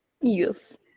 Yes